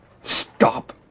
Stop